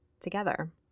together